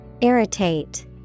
irritate